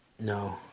No